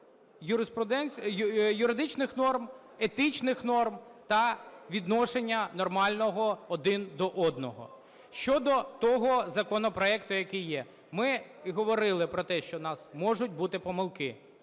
в рамках юридичних норм, етичних норм та відношення нормального один до одного. Щодо того законопроекту, який є. Ми говорили про те, що у нас можуть бути помилки.